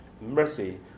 mercy